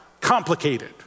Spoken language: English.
complicated